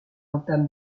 entame